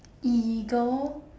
illegal